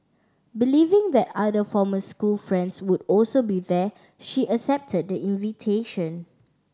believing that other former school friends would also be there she accepted the invitation